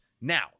now